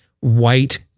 white